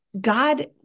God